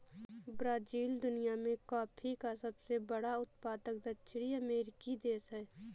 Brazil दुनिया में coffee का सबसे बड़ा उत्पादक दक्षिणी अमेरिकी देश है